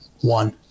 one